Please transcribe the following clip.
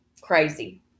Crazy